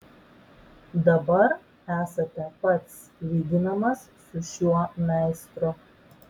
dabar esate pats lyginamas su šiuo meistru